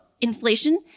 inflation